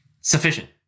sufficient